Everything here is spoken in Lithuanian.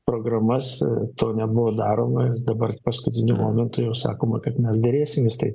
programas to nebuvo daroma ir dabar paskutiniu momentu jau sakoma kad mes derėsimės taip